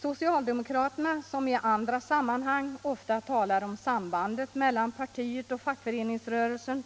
Socialdemokraterna, som i andra sammanhang ofta talar om sambandet mellan partiet och fackföreningsrörelsen,